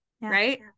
Right